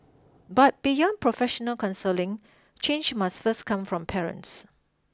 but beyond professional counselling change must first come from parents